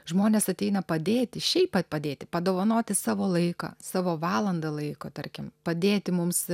žmonės ateina padėti šiaip padėti padovanoti savo laiką savo valandą laiko tarkim padėti mums